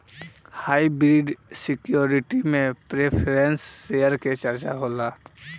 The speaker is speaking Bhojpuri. हाइब्रिड सिक्योरिटी में प्रेफरेंस शेयर के चर्चा होला